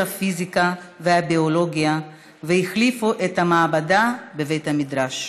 הפיזיקה והביולוגיה והחליפו את המעבדה בבית המדרש.